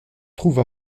trouve